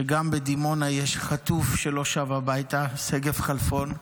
שגם בדימונה יש חטוף שלא שב הביתה, שגב כלפון.